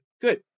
good